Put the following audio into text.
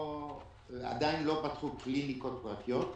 עדיין לא פתחו קליניקות פרטיות,